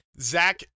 Zach